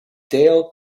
dale